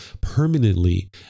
permanently